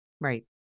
Right